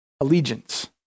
allegiance